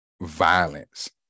violence